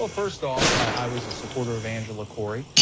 ah first off, i was a supporter of angela cory,